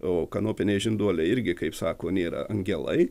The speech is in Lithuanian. o kanopiniai žinduoliai irgi kaip sako nėra angelai